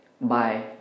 Bye